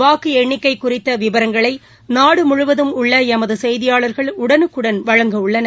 வாக்கு எண்ணிக்கை குறித்த விவரங்களை நாடு முழுவதும் உள்ள எமது செய்தியாளர்கள் உடனுக்குடன் வழங்க உள்ளனர்